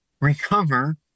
recover